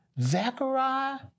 Zechariah